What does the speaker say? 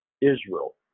Israel